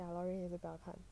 ya loraine 也是不要看